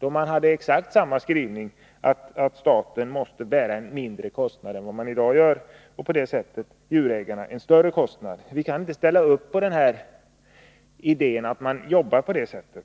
Utskottet hade då exakt samma skrivning, nämligen att staten skall bära en mindre kostnad än den gör i dag och djurägarna en större kostnad. Vi kaninte ställa upp på den idén. Det sitter